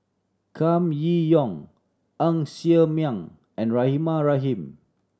Kam Yi Yong Ng Ser Miang and Rahimah Rahim